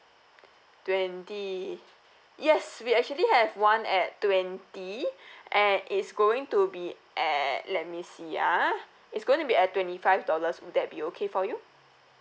twenty yes we actually have one at twenty and is going to be at let me see ah it's going to be at twenty five dollars would that be okay for you